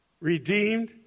redeemed